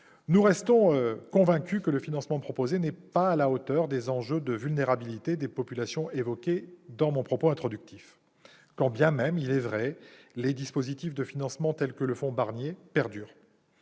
nous restons convaincus que le financement proposé n'est pas à la hauteur des enjeux de vulnérabilité des populations évoqués dans mon propos introductif, quand bien même les dispositifs de financement tels que le fonds Barnier perdurent.